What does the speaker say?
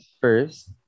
first